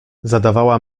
zadawała